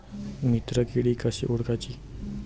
मित्र किडी कशी ओळखाची?